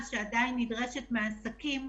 יותר מהאחרים.